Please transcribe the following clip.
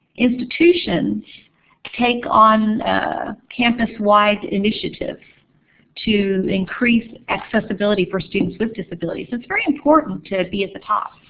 institutions take on ah campus-wide initiatives to increase accessibility for students with disabilities. it's very important to be at the top,